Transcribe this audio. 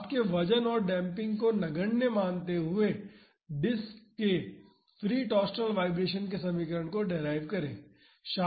shaft के वजन और और डेम्पिंग को नगण्य मानते हुए डिस्क के फ्री टॉरशनल वाइब्रेशन के समीकरण को डेराइव करें